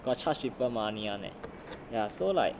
got charged people money [one] leh ya so like